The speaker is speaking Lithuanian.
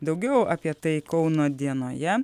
daugiau apie tai kauno dienoje